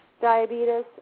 diabetes